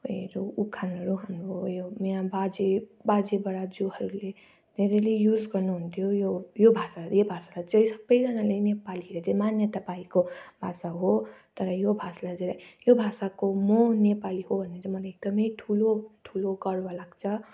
मेरो उखानहरू हाम्रो यो यहाँ बाजे बाजे बराजुहरूले धेरैले युज गर्नु हुन्थ्यो यो यो भाषाले यो भाषालाई चाहिँ सबैजनाले नेपालीहरूले चाहिँ मान्यता पाएको भाषा हो तर यो भाषालाई यो भाषाको म नेपाली हो भनेर मलाई एकदमै ठुलो ठुलो गर्व लाग्छ